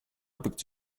booked